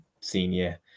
senior